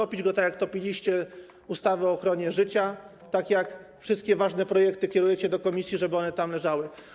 Utopić go, tak jak topiliście ustawę o ochronie życia, tak jak wszystkie ważne projekty kierujecie do komisji, żeby one tam leżały.